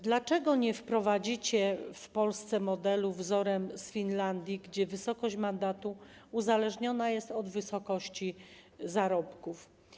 Dlaczego nie wprowadzicie w Polsce modelu według wzoru z Finlandii, gdzie wysokość mandatu uzależniona jest od wysokości zarobków?